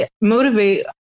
motivate